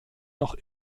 noch